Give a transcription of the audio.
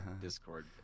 Discord